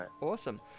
Awesome